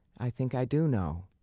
i think i do know.